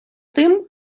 тим